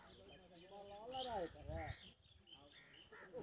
हम यू.पी.आई पर भुगतान केना कई सकब?